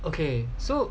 okay so